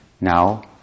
now